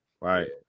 right